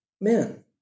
men